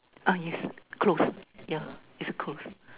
uh yes closed yeah is closed